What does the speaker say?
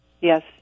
Yes